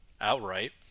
outright